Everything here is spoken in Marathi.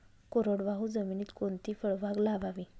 कोरडवाहू जमिनीत कोणती फळबाग लावावी?